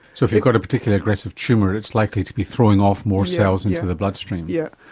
so if you've got a particularly aggressive tumour it's likely to be throwing off more cells into the bloodstream. yes.